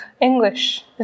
English